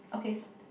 okay